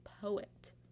poet